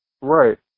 Right